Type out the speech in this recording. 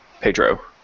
Pedro